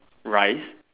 rice